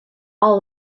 all